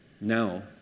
Now